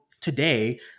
today